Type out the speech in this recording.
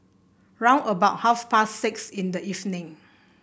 round about half past six in the evening